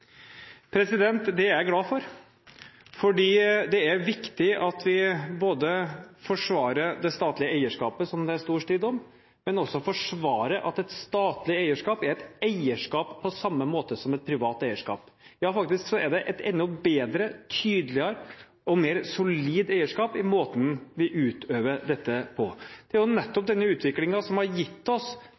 Det er jeg glad for, for det er viktig at vi ikke bare forsvarer det statlige eierskapet – som det er stor strid om – men også forsvarer at et statlig eierskap er et eierskap på samme måte som et privat eierskap. Ja, faktisk er det et enda bedre, tydeligere og mer solid eierskap i måten vi utøver dette på. Det er jo nettopp denne utviklingen som har gitt oss